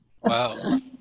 wow